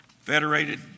federated